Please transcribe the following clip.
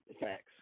Facts